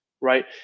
right